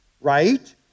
right